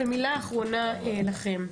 מילה אחרונה לכם,